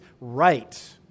right